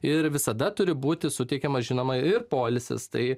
ir visada turi būti suteikiama žinoma ir poilsis tai